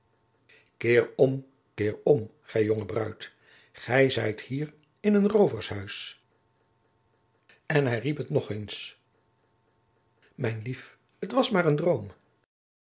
keer om keer om gij jonge bruid gij zijt hier in een roovershuis en hij riep het nog eens mijn lief het was maar een droom